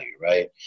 right